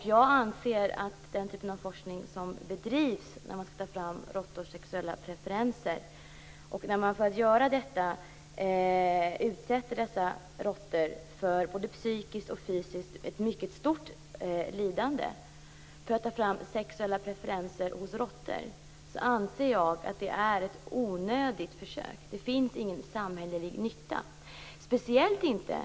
I samband med den typ av forskning som bedrivs när man skall ta fram råttors sexuella preferenser anser jag att man utsätter dessa råttor för ett mycket stort lidande både psykiskt och fysiskt - för att ta fram sexuella preferenser hos råttor! Då anser jag att det är ett onödigt försök. Det finns ingen samhällelig nytta - speciellt inte